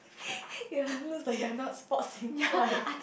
ya you like you are not sports inclined